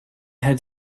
had